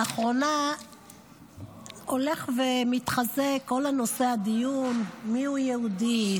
לאחרונה הולך ומתחזק כל נושא הדיון מיהו יהודי,